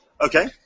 Okay